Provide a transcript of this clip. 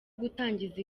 gutangiza